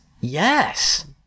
Yes